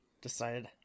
decided